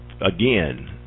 again